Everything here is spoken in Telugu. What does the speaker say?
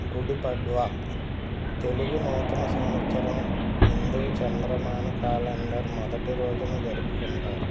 గుడిపడ్వా తెలుగు నూతన సంవత్సరం హిందూ చంద్రమాన క్యాలెండర్ మొదటి రోజున జరుపుకుంటారు